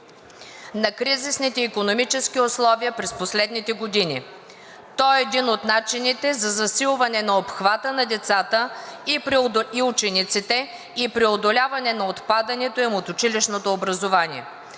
на кризисните икономически условия през последните години. То е и един от начините за засилване на обхвата на децата и учениците и преодоляване на отпадането им от училищното образование.